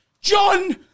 John